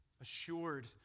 assured